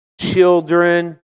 children